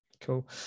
cool